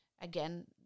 again